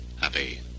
happy